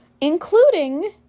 Including